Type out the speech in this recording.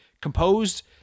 composed